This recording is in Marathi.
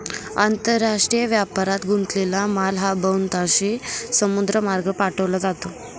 आंतरराष्ट्रीय व्यापारात गुंतलेला माल हा बहुतांशी समुद्रमार्गे पाठवला जातो